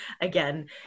again